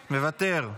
מוותר,